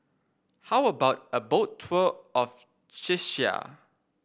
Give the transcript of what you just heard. how about a Boat Tour of Czechia